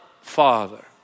father